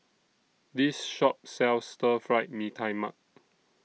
This Shop sells Stir Fry Mee Tai Mak